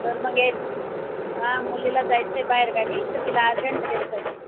तर मग एक मुलीला जायचं आहे बाहेरगावी तर तिला अर्जंट ड्रेस पाहिजे